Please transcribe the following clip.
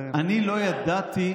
אני לא ידעתי,